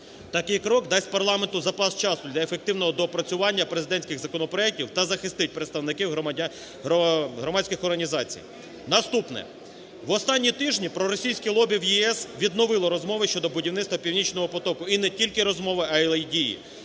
Такий крок дасть парламенту запас часу для ефективного доопрацювання президентських законопроектів та захистить представників громадських організацій. Наступне. В останні тижні проросійське лобі в ЄС відновило розмови щодо будівництва "Північного потоку", і не тільки розмови, але і дії,